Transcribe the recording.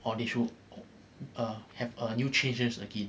or they show or have uh new changes again